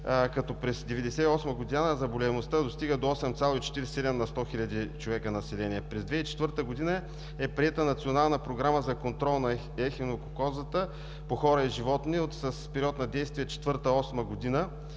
През 1998 г. заболеваемостта достига до 8,47 на 100 хил. човека население. През 2004 г. е приета Национална програма за контрол на ехинококозата по хора и животни с период на действие 2004